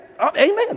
Amen